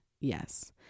Yes